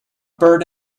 bird